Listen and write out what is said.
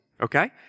okay